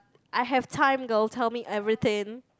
I have time girl tell me everything